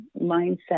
mindset